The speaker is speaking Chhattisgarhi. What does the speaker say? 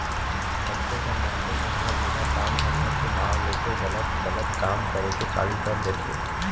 कतको झन मनसे मन ह बिना काम धंधा के नांव लेके गलत सलत काम करे के चालू कर देथे